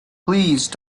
please